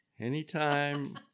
Anytime